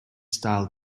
style